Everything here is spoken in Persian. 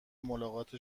ملاقات